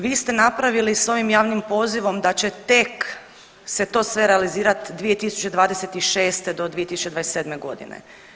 Vi ste napravili s ovim javnim pozivom da će tek se to sve realizirati 2026. do 2027. godine.